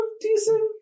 decent